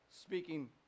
speaking